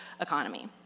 economy